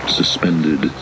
suspended